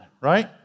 right